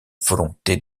volonté